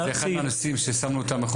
זה אחד מהנושאים ששמנו אותם.